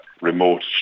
remote